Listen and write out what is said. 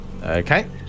Okay